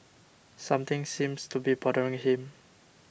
something seems to be bothering him